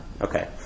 Okay